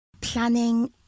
Planning